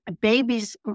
Babies